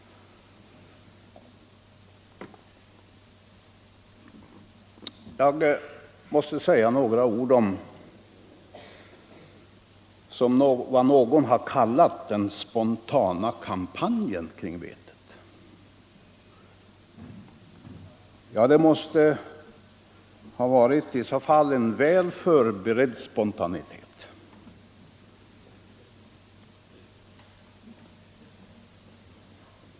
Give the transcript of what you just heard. Jag måste säga några ord om det som har kallats den ”spontana kampanjen” kring vetet. Det måste i så fall ha varit en väl förberedd spontanitet.